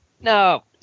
No